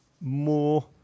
more